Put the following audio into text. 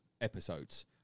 episodes